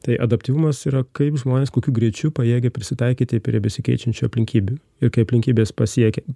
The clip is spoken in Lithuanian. tai adaptyvumas yra kaip žmonės kokiu greičiu pajėgia prisitaikyti prie besikeičiančių aplinkybių ir kai aplinkybės pasiekė